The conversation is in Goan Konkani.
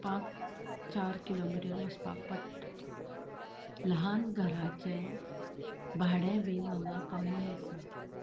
पांच चार किलोमिटर वचपाक पडटा ल्हान घराचें भाडें बीन हांगा कमी आसा